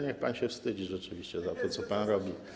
Niech pan się wstydzi, rzeczywiście, za to, co pan robi.